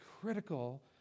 critical